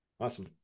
Awesome